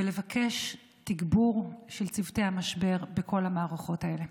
ולבקש תגבור של צוותי המשבר בכל המערכות האלה.